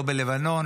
לא בלבנון,